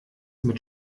mit